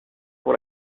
pour